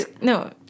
no